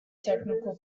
technical